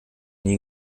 nie